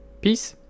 peace